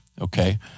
okay